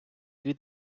дві